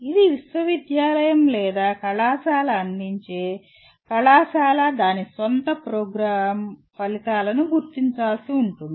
ఇది విశ్వవిద్యాలయం లేదా కళాశాల అందించే కళాశాల దాని స్వంత ప్రోగ్రామ్ ఫలితాలను గుర్తించాల్సి ఉంటుంది